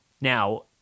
Now